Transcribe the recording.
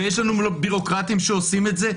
ויש לנו ביורוקרטיים שעושים את זה,